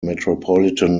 metropolitan